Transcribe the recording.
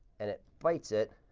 and it bites it,